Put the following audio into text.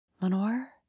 Lenore